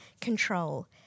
control